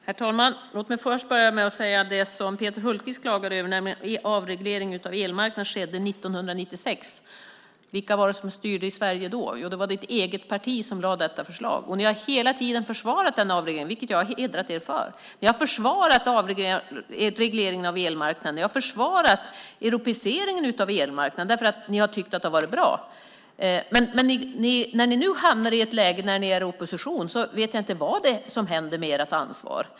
Herr talman! Låt mig först kommentera det Peter Hultqvist klagade över, nämligen avregleringen av elmarknaden. Den skedde 1996. Vilka var det som styrde i Sverige då? Jo, det var ditt eget parti som lade fram detta förslag. Och ni har hela tiden försvarat denna avreglering, vilket har hedrat er. Ni har försvarat avregleringen av elmarknaden. Ni har försvarat europeiseringen av elmarknaden, för ni har tyckt att det har varit bra. Men när ni nu hamnar i ett läge där ni är i opposition vet jag inte vad som händer med ert ansvar.